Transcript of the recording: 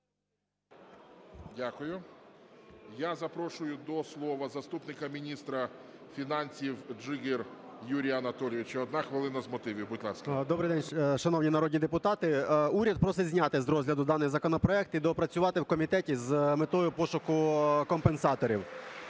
Дякую. Я запрошую до слова заступника міністра фінансів Джигиря Юрія Анатолійовича. 1 хвилина з мотивів, будь ласка. 13:01:41 ДЖИГИР Ю.А. Добрий день, шановні народні депутати. Уряд просить зняти з розгляду даний законопроект і доопрацювати в комітеті з метою пошуку компенсаторів.